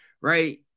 right